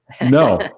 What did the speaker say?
No